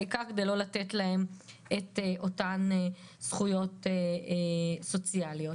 העיקר לא לתת להם את אותן זכויות סוציאליות.